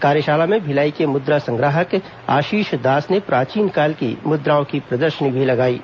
कार्यशाला में भिलाई के मुद्रा संग्राहक आशीष दास ने प्राचीन काल की मुद्राओं की प्रदर्शनी लगाई है